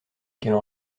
qu’elle